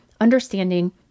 understanding